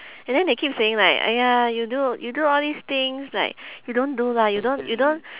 and then they keep saying like !aiya! you do you do all these things like you don't do lah you don't you don't